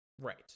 Right